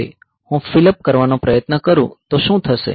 હવે હું fill up કરવાનો પ્રયત્ન કરું તો શું થશે